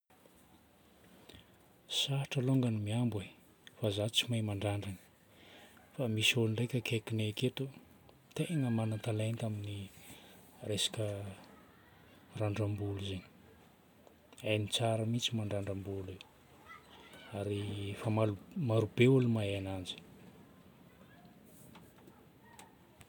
Sarotra alongany ny mihambo e fa za tsy mahay mandrandrana. Fa misy olo ndraika akaikinay aketo tegna magnan-talenta amin'ny resaka randram-bolo zegny. Hainy tsara mihitsy ny mandrandram-bolo. Ary efa maro- marobe olo mahay ananjy.